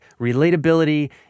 relatability